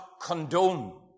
condone